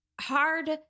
hard